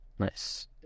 Nice